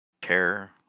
care